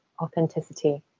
authenticity